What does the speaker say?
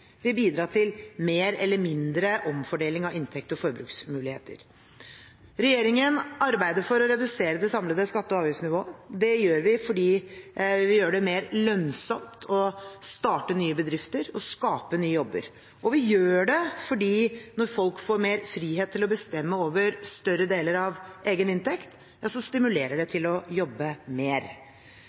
til mer eller mindre omfordeling av inntekt og forbruksmuligheter. Regjeringen arbeider for å redusere det samlede skatte- og avgiftsnivået. Det gjør vi fordi vi vil gjøre det mer lønnsomt å starte nye bedrifter og skape nye jobber, og vi gjør det fordi når folk får mer frihet til å bestemme over større deler av egen inntekt, stimulerer det til å jobbe mer.